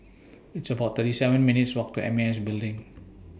It's about thirty seven minutes' Walk to M A S Building